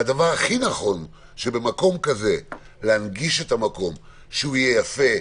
הדבר הכי נכון זה להנגיש את המקום, שהוא יהיה יפה,